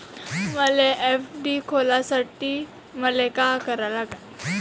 मले एफ.डी खोलासाठी मले का करा लागन?